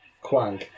Quang